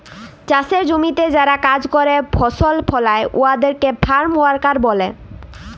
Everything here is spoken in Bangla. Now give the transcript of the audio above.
চাষের জমিতে যারা কাজ ক্যরে ফসল ফলায় উয়াদের ফার্ম ওয়ার্কার ব্যলে